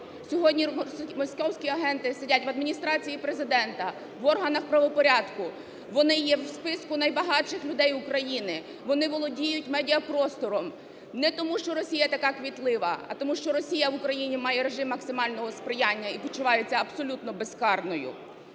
Сьогодні московські агенти сидять в Адміністрації Президента, в органах правопорядку, вони є в списку найбагатших людей України, вони володіють медіапростором не тому, що Росія така кмітлива, а тому Росія в Україні має режим максимального сприяння і почувається абсолютно безкарною.